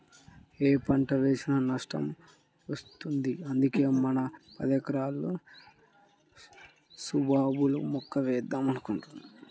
యే పంట వేసినా నష్టమే వత్తంది, అందుకే మన పదెకరాల్లోనూ సుబాబుల్ మొక్కలేద్దాం అనుకుంటున్నా